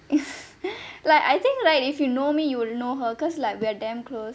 like I think right if you know me you will know her because like we're damn close